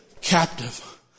captive